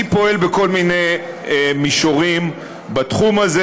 פועל בכל מיני מישורים בתחום הזה.